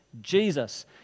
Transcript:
Jesus